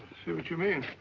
see what you mean.